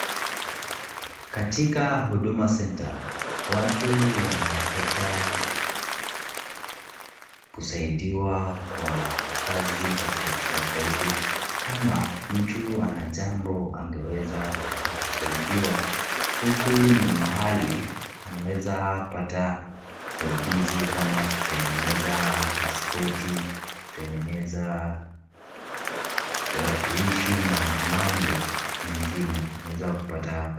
Katikati Huduma Center ,watu wanapata kusaidiwa kwa kazi tofauti tofauti ,kama mtu ana jambo angeweza kutaka kusaidiwa huku ni mahali anaweza pata usaidizi kama kutengeneza pasipoti, kutengeneza tarakilishi na mambo mengine unaweza kupata hapa.